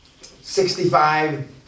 sixty-five